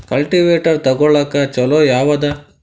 Cultivator ತೊಗೊಳಕ್ಕ ಛಲೋ ಯಾವದ?